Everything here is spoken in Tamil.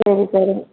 சரி சரி